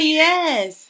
yes